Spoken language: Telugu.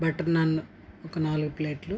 బట్టర్ నాన్ ఒక నాలుగు ప్లేట్లు